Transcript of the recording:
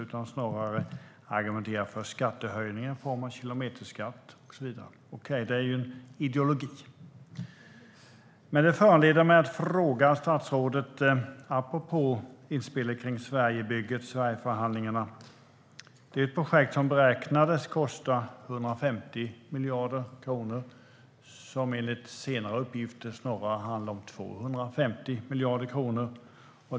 Hon argumenterade snarare för skattehöjningar i form av kilometerskatt och så vidare. Det är ju ideologi. Men det föranleder mig att ställa en fråga till statsrådet apropå inspelet om Sverigebygget, Sverigeförhandlingarna. Det är ett projekt som beräknades kosta 150 miljarder kronor. Enligt senare uppgifter handlade det snarare om 250 miljarder kronor.